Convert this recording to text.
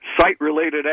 site-related